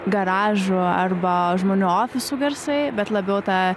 garažų arba žmonių ofisų garsai bet labiau tą